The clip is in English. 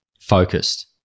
focused